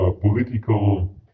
political